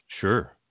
Sure